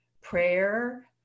prayer